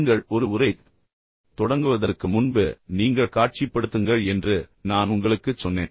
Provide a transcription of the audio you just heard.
நீங்கள் ஒரு உரையைத் தொடங்குவதற்கு முன்பு நீங்கள் காட்சிப்படுத்துங்கள் என்று நான் எப்போதும் உங்களுக்குச் சொன்னேன்